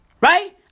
Right